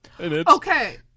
Okay